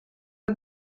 for